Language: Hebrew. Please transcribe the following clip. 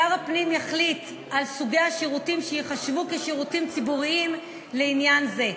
שר הפנים יחליט על סוגי השירותים שייחשבו שירותים ציבוריים לעניין זה.